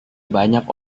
banyak